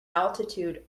altitude